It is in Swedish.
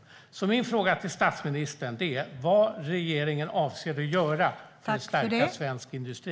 Min fråga till statsministern är: Vad avser regeringen att göra för att stärka svensk industri?